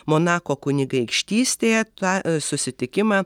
monako kunigaikštystėje tą susitikimą